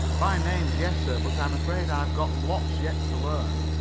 by names, yes, sir. but i'm afraid i've got lots yet to learn.